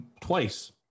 twice